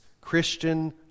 Christian